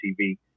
TV